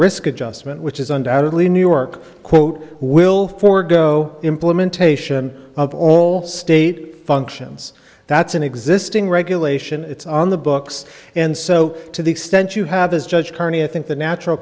risk adjustment which is undoubtedly new york quote will forego implementation of all state functions that's an existing regulation it's on the books and so to the extent you have this judge carney i think the natural